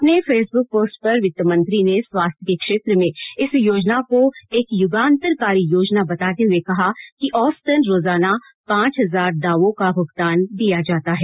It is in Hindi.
अपने फेसबुक पोस्ट पर वित्त मंत्री ने स्वास्थ्य के क्षेत्र में इस योजना को एक युगांतरकारी योजना बताते हुए कहा कि औसतन रोजाना पांच हजार दावों का भुगतान दिया जाता है